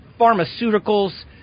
pharmaceuticals